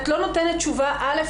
את לא נותנת תשובה א.